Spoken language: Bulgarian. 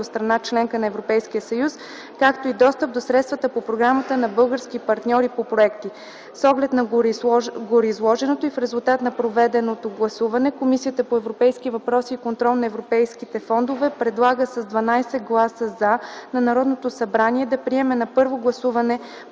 страна – членка на ЕС, както и достъп до средствата по програмата на български партньори по проекти. С оглед на гореизложеното и в резултат на проведеното гласуване, Комисията по европейските въпроси и контрол на европейските фондове предлага с 12 гласа „за” на Народното събрание да приеме на първо гласуване